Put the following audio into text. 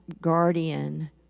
guardian